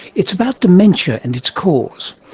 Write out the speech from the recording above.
it's about dementia and its causes.